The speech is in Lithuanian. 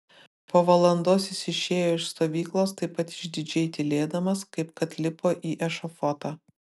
po valandos jis išėjo iš stovyklos taip pat išdidžiai tylėdamas kaip kad lipo į ešafotą